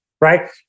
right